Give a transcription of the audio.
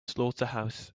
slaughterhouse